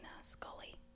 Scully